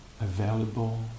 available